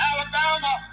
Alabama